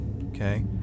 okay